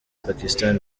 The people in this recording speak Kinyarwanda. pakistan